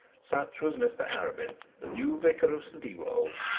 such was mr arabin, the new vicar of st ewold,